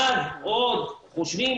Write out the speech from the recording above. אז כן,